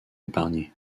épargnés